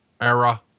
era